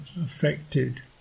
affected